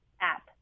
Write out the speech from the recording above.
app